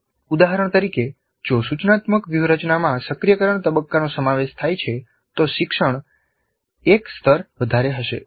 ઉદાહરણ તરીકે જો સૂચનાત્મક વ્યૂહરચનામાં સક્રિયકરણ તબક્કાનો સમાવેશ થાય છે તો શિક્ષણ એક સ્તર વધારે હશે